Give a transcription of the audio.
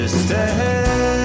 stay